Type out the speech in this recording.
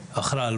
הכרעה.